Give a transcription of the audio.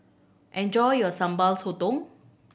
enjoy your Sambal Sotong